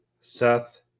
Seth